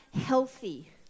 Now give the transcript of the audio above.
healthy